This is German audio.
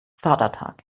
vatertag